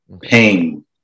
pain